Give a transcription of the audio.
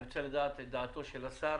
אני רוצה לדעת את דעתו של השר